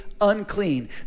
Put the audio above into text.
unclean